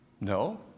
No